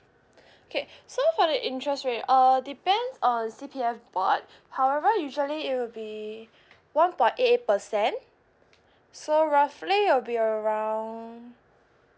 okay so for the interest rate uh depends on C_P_F board however usually it will be one point eight eight percent so roughly it'll be around